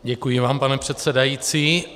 Děkuji vám, pane předsedající.